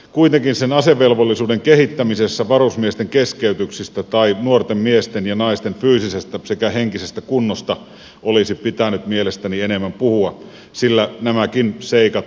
kuitenkin asevelvollisuuden kehittämisessä olisi pitänyt mielestäni puhua enemmän varusmiesten keskeytyksistä tai nuorten miesten ja naisten fyysisestä sekä henkisestä kunnosta olisi pitänyt mielestäni enemmän puhua sillä nämäkin seikat kuuluvat puolustuspolitiikkaan